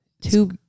two